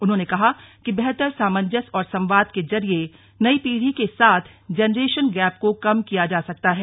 उन्होंने कहा कि बेहतर सामंजस्य और संवाद के जरिए नई पीढ़ी के साथ जेनरेशन गैप को कम किया जा सकता है